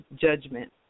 judgment